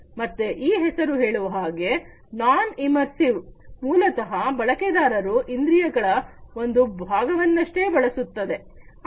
ಮತ್ತೆ ಈ ಹೆಸರು ಹೇಳುವ ಹಾಗೆ ನಾನ್ ಇಮರ್ಸಿವ್ ಮೂಲತಃ ಬಳಕೆದಾರರು ಇಂದ್ರಿಯಗಳ ಒಂದು ಭಾಗವನ್ನಷ್ಟೇ ಬಳಸುತ್ತದೆ